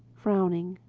frowning,